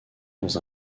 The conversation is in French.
dans